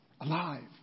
alive